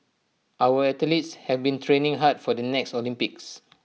our athletes have been training hard for the next Olympics